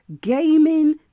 gaming